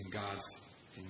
God's